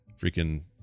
Freaking